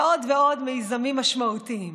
ועוד ועוד מיזמים משמעותיים.